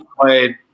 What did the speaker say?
played